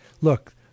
look